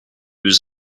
was